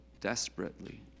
desperately